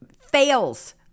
fails